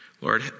Lord